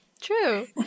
true